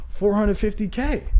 450k